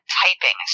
typing